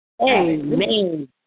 Amen